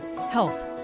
health